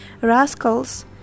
Rascals